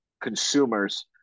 consumers